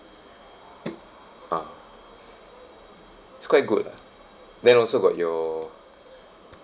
ah it's quite good lah then also got your